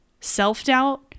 self-doubt